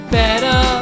better